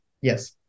Yes